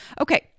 Okay